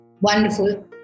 wonderful